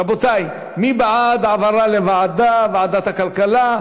רבותי, מי בעד העברה לוועדה, ועדת הכלכלה?